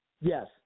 Yes